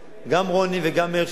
גם רוני וגם מאיר שטרית,